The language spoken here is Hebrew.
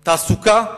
תעסוקה,